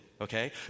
Okay